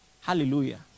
Hallelujah